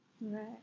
Right